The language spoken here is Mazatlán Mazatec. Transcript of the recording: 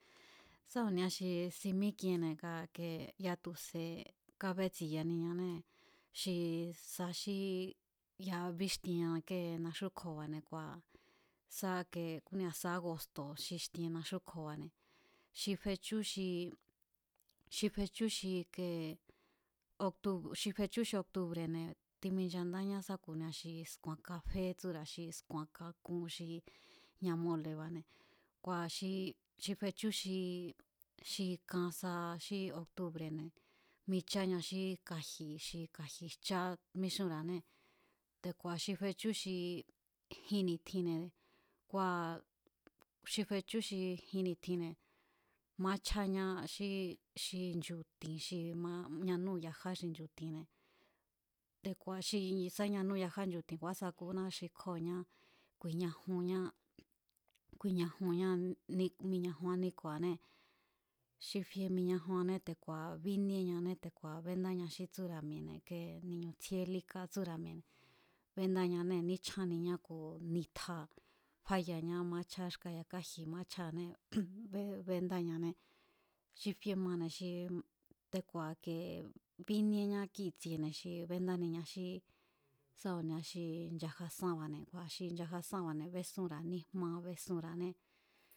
Sá ku̱nia xi si mík'ienne̱ nga ike ya̱a tu̱se̱ kábétsi̱yaniñanée̱ xi sa xí ya̱a bíxtienña kée naxúkjo̱ba̱ne̱ kua̱ sa ke ku̱nía̱ sa ágosto̱ xitien naxúkjo̱ba̱ne̱ xi fechú xi, xi fechú xi ike octu, xi fechú xi octobre̱ne̱ timinchandáñá sá ku̱nia xi sku̱a̱n kafé tsúra̱ xi sku̱a̱n kakun xi jña̱ mole̱ba̱ne̱ kua̱ xo xi fechú xi, xi kan sa xíoctubre̱ne̱ micháña xí kaji̱ xi kaji̱ jcha míxúnra̱anée̱ te̱ku̱a̱ xi fechú xi jin ni̱tjinne̱ kua̱ xi fechú xi jin ni̱tjinne̱ maáchjáña xí xi nchu̱ti̱n xi ma ñanúu̱ yajá xi nchu̱ti̱nne̱ te̱ku̱a̱ xi sá yanúu̱ yaja xi nchu̱ti̱nne̱ te̱ku̱a̱ xi sá ñanúu̱ yaja xi nchu̱ti̱nne̱, ku̱ kásakúná, ku̱i̱ñajunñá, ku̱i̱ñajunñá mi, ni' miñajunña níku̱anée̱, xi fie miñajuane te̱ku̱a̱ bíníeñané te̱ku̱a̱ béndáña xí tsúra̱ mi̱e̱ne̱ ike ni̱ñu̱ tsjíé líká tsúra̱ mi̱e̱ne̱, béndáñané níchjanniñá ku̱ nitja fáyañá maíchjáña xkáa̱ yakaji̱ maáchjáané béndáñané, xi fie mane̱ xi, te̱ku̱a̱ ikiee bíníéñá kíi̱tsiene̱ xi bendániña xí sá ku̱nia xi nchaja sánba̱ne̱. Xi nchaja sánba̱ne̱ bésúnra̱a níjmá besúnra̱ané.